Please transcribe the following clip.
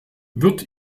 wird